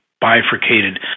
bifurcated